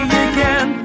again